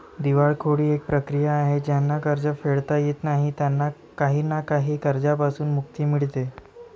दिवाळखोरी एक प्रक्रिया आहे ज्यांना कर्ज फेडता येत नाही त्यांना काही ना काही कर्जांपासून मुक्ती मिडते